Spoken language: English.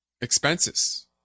expenses